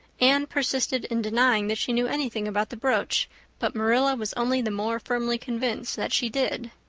anne persisted in denying that she knew anything about the brooch but marilla was only the more firmly convinced that she did.